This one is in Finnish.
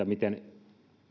miten